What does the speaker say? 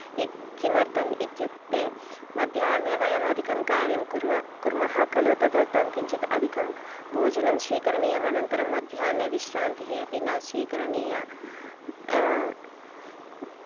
इति किमर्थं इत्युक्ते मध्याह्ने वयम् अधिकं कार्यं कुर्मः कुर्मः खलु तदर्थं किञ्चित् अधिकं भोजनं स्वीकरणीयं अनन्तरं मध्याह्ने विश्रान्तिः अपि न स्वीकरणीया